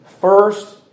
first